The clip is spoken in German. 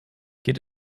geht